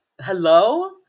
Hello